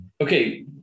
Okay